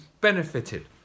benefited